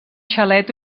xalet